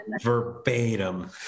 verbatim